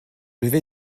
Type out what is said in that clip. lever